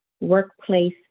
workplace